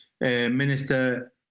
Minister